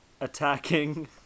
Attacking